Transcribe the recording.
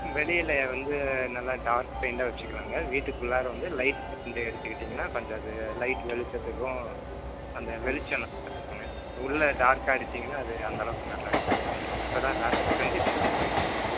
வெளியில் வந்து நல்லா டார்க் பெயிண்டாக வச்சுக்கலாங்க வீட்டுக்குள்ளாற வந்து லைட் பெயிண்ட்டாக எடுத்துக்கிட்டீங்கன்னால் கொஞ்சம் அது லைட் வெளிச்சத்துக்கும் அந்த வெளிச்சம் நல்லாயிருக்குங்க உள்ளே டார்க்காக அடிச்சீங்கன்னால் அது அந்தளவுக்கு நல்லாயிருக்காதுங்க இப்போதான் லேட்டஸ்ட்டு வந்து இப்படிதான் போயிட்டிருக்கு